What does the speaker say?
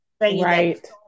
Right